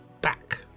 back